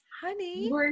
Honey